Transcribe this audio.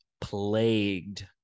plagued